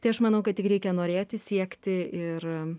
tai aš manau kad tik reikia norėti siekti ir